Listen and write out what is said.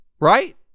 right